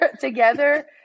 together